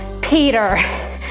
Peter